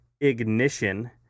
Ignition